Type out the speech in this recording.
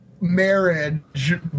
marriage